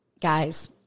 Guys